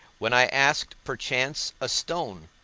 when i asked, perchance, a stone,